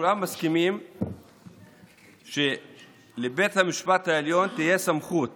הם מסכימים שלבית המשפט העליון תהיה סמכות